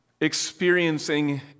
experiencing